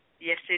Yes